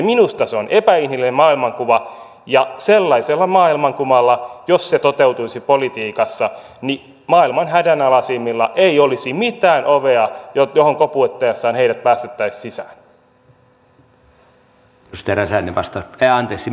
minusta se on epäinhimillinen maailmankuva ja sellaisella maailmankuvalla jos se toteutuisi politiikassa maailman hädänalaisimmilla ei olisi mitään ovea johon heidän koputtaessaan heidät päästettäisiin sisään